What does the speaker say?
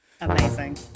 Amazing